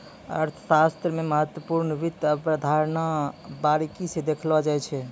अर्थशास्त्र मे महत्वपूर्ण वित्त अवधारणा बहुत बारीकी स देखलो जाय छै